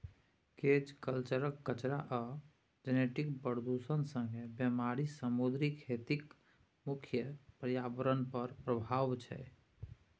cage कल्चरक कचरा आ जेनेटिक प्रदुषण संगे बेमारी समुद्री खेतीक मुख्य प्रर्याबरण पर प्रभाब छै